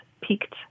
peaked